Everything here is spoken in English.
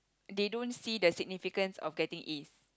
they don't see the significance of getting As